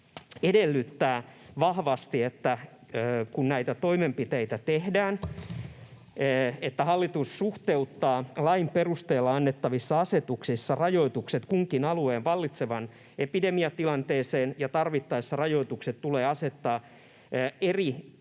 edellyttää vahvasti, että kun näitä toimenpiteitä tehdään, hallitus suhteuttaa lain perusteella annettavissa asetuksissa rajoitukset kunkin alueen vallitsevaan epidemiatilanteeseen ja tarvittaessa rajoitukset tulee asettaa